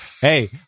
hey